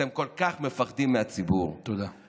אתם כל כך מפחדים מהציבור, תודה.